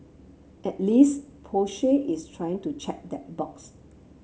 at least Porsche is trying to check that box